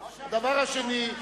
והשנייה,